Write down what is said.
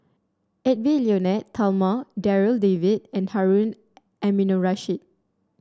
Edwy Lyonet Talma Darryl David and Harun Aminurrashid